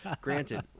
Granted